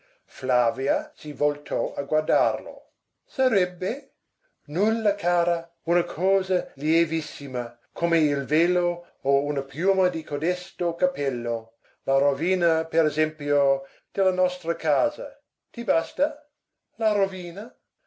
flavia si voltò a guardarlo sarebbe nulla cara una cosa lievissima come il velo o una piuma di codesto cappello la rovina per esempio della nostra casa ti basta la rovina